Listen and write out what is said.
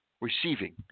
Receiving